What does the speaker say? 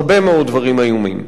הרבה מאוד דברים איומים.